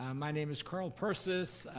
um my name is carl persis,